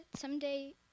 someday